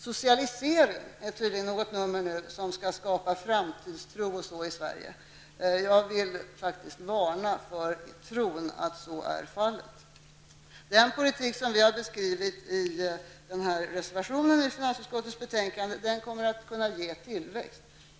Socialisering är tydligen något som nu skall skapa framtidstro i Sverige. Jag vill faktiskt varna för tron att så är fallet. Den politik som vi beskriver i reservationen till finansutskottets betänkande kommer att ge tillväxt.